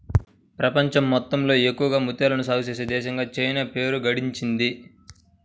ప్రపంచం మొత్తంలో ఎక్కువగా ముత్యాలను సాగే చేసే దేశంగా చైనా పేరు గడించింది